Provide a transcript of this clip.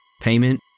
Payment